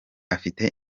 afite